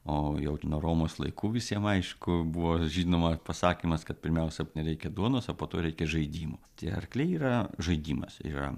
o jau nuo romos laikų visiem aišku buvo žinoma pasakymas kad pirmiausia nereikia duonos o po to reikia žaidimo tie arkliai yra žaidimas ir